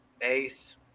Ace